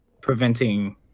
preventing